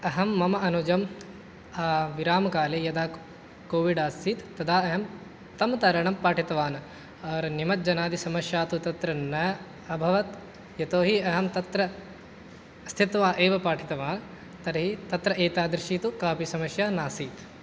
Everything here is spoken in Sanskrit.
अहं मम अनुजं विरामकाले यदा कोविड् आसीत् तदा अहं तं तरणं पाठितवान् निमज्जनादि समस्या तु तत्र न अभवत् यतोहि अहं तत्र स्थित्वा एव पाठितवान् तर्हि तत्र एतादृशी तु कापि समस्या नासीत्